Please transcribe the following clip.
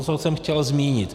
Co jsem chtěl zmínit.